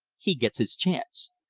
he gets his chance.